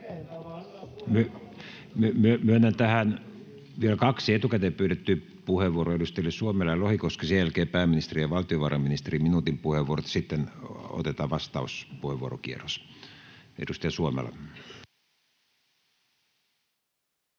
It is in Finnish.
Myönnän tähän vielä kaksi etukäteen pyydettyä puheenvuoroa, edustajille Suomela ja Lohi, ja sen jälkeen pääministerille ja valtiovarainministerille minuutin puheenvuorot, ja sitten otetaan vastauspuheenvuorokierros. — Edustaja Suomela.